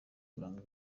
uburanga